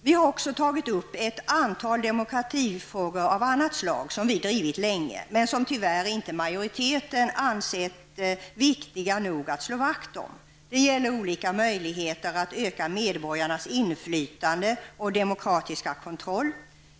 Vi har också tagit upp ett antal demokratifrågor av annat slag, frågor som vi drivit länge men som majoriteten tyvärr inte anser viktiga nog att slå vakt om. De gäller alla olika möjligheter att öka medborgarnas inflytande och demokratiska kontroll.